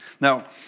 Now